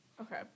okay